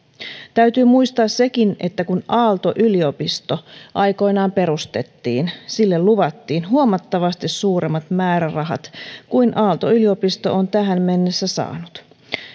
täytyy muistaa sekin että kun aalto yliopisto aikoinaan perustettiin sille luvattiin huomattavasti suuremmat määrärahat kuin aalto yliopisto on tähän mennessä saanut